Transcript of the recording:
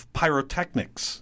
pyrotechnics